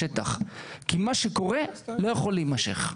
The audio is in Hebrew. האלה בשטח כי מה שקורה לא יכול להימשך.